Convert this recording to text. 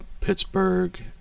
Pittsburgh